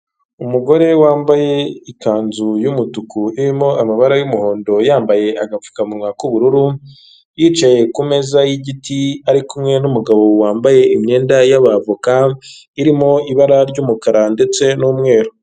Umugore wambaye ikanzu y'umutuku irimo amabara y'umuhondo yambaye agapfukamunwa k'ubururu, yicaye ku meza y'igiti ari kumwe n'umugabo wambaye imyenda y'abavoka irimo ibara ry'umukara ndetse n'umweru.